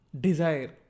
Desire